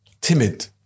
timid